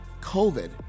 COVID